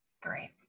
Great